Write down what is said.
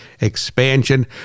expansion